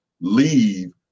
leave